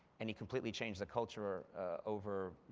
and he completely changed the culture overnight.